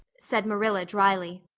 said marilla drily,